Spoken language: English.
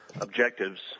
objectives